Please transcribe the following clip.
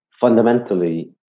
fundamentally